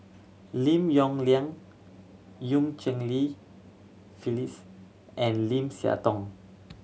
Lim Yong Liang Eu Cheng Li Phyllis and Lim Siah Tong